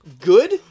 good